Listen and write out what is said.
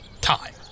Time